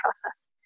process